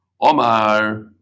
Omar